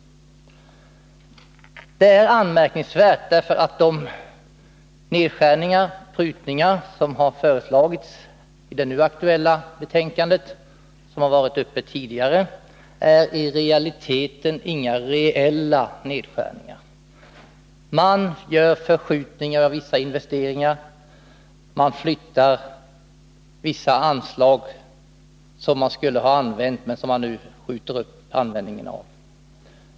Det är anmärkningsvärt därför att de nedskärningar som har föreslagits i det nu aktuella betänkandet och som har varit uppe till diskussion tidigare, i realiteten inte är några reella nedskärningar. Man gör förskjutningar av vissa investeringar, och man skjuter upp användningen av vissa anslag.